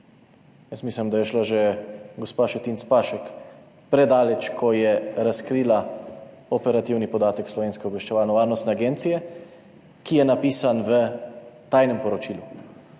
Jaz mislim, da je šla že gospa Šetinc Pašek predaleč, ko je razkrila operativen podatek Slovenske obveščevalno-varnostne agencije, ki je napisan v tajnem poročilu,